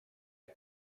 are